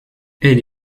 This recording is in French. elle